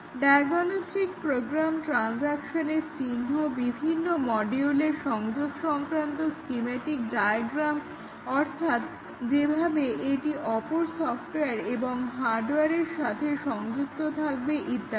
diagnostic program ট্রান্সাকশনের চিহ্ন বিভিন্ন মডিউলের সংযোগ সংক্রান্ত স্কীমেটিক ডায়াগ্রাম অর্থাৎ যেভাবে এটি অপর সফটওয়্যার এবং হার্ডওয়্যারের সাথে সংযুক্ত থাকবে ইত্যাদি